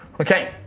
Okay